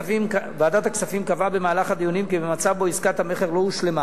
ועדת הכספים קבעה במהלך הדיונים כי במצב שבו עסקת המכר לא הושלמה